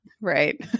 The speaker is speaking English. Right